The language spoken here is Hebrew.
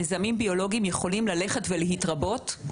מזהמים ביולוגיים יכולים ללכת ולהתרבות,